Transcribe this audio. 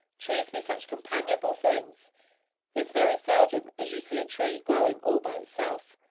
trees be such companionable things it's very seldom as you see a tree growin' all by itself,